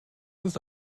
ist